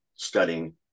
studying